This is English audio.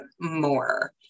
more